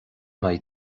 mbeidh